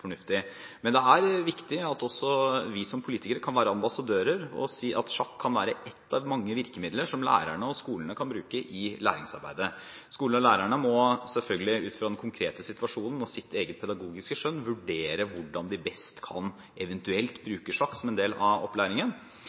fornuftig. Men det er viktig at også vi som politikere kan være ambassadører og si at sjakk kan være ett av mange virkemidler som lærerne og skolene kan bruke i læringsarbeidet. Skolene og lærerne må selvfølgelig ut fra den konkrete situasjonen og sitt eget pedagogiske skjønn vurdere hvordan de best kan bruke eventuelt sjakk som en del av opplæringen.